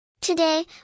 Today